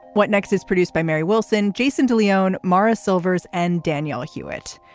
what next is produced by mary wilson. jason de leon morris silvers and danielle hewitt.